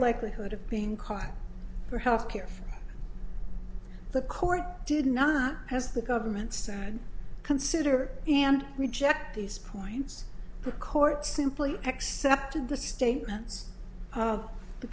likelihood of being caught for healthcare the court did not as the government side consider and reject these points the court simply accepted the statements of the